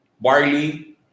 barley